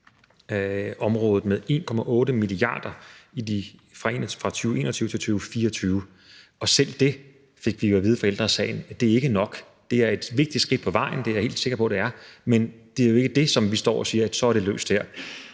området med 1,8 mia. kr. fra 2021 til 2024, og selv det fik vi jo at vide af Ældre Sagen ikke var nok. Det er et vigtigt skridt på vejen, det er jeg helt sikker på at det er, men det er jo ikke sådan, at vi så står og siger, at så er det løst med